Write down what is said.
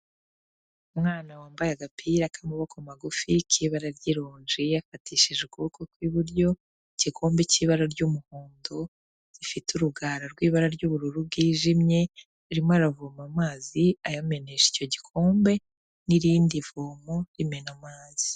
Umwana wambaye agapira k'amaboko magufi k'ibara ry'ironji, yafatishije ukuboko kw'iburyo igikombe k'ibara ry'umuhondo rifite urugara rw'ibara ry'ubururu bwijimye, arimo aravoma amazi ayamenesha icyo gikombe n'irindi vomo rimena amazi.